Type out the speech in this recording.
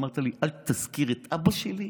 אמרת לי: אל תזכיר את אבא שלי,